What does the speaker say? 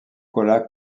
cola